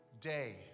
day